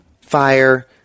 fire